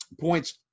points